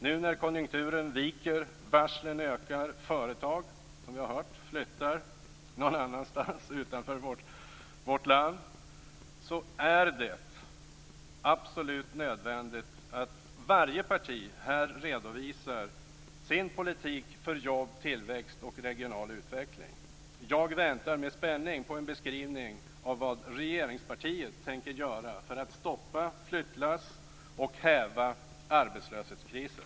Nu när konjunkturen viker, varslen ökar och företag flyttar, som vi har hört, någon annanstans utanför vårt land är det absolut nödvändigt att varje parti här redovisar sin politik för jobb, tillväxt och regional utveckling. Jag väntar med spänning på en beskrivning av vad regeringspartiet tänker göra för att stoppa flyttlass och häva arbetslöshetskrisen.